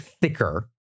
thicker